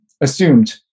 assumed